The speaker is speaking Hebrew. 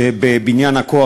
שבבניין הכוח,